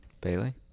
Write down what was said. Bailey